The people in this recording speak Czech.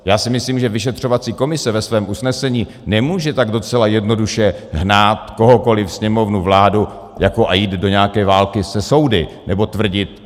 Já si myslím, že vyšetřovací komise ve svém usnesení nemůže tak docela jednoduše hnát kohokoli Sněmovnu, vládu a jít do nějaké války se soudy, nebo tvrdit...